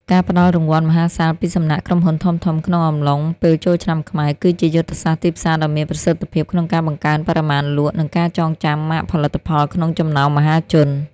ការផ្តល់រង្វាន់មហាសាលពីសំណាក់ក្រុមហ៊ុនធំៗក្នុងអំឡុងពេលចូលឆ្នាំខ្មែរ គឺជាយុទ្ធសាស្ត្រទីផ្សារដ៏មានប្រសិទ្ធភាពក្នុងការបង្កើនបរិមាណលក់ និងការចងចាំម៉ាកផលិតផលក្នុងចំណោមមហាជន។